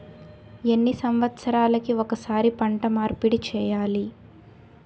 ఎన్ని సంవత్సరాలకి ఒక్కసారి పంట మార్పిడి చేయాలి?